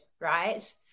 right